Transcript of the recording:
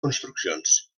construccions